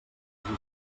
hagi